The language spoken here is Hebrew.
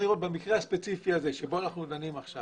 במקרה הספציפי הזה בו אנחנו דנים עכשיו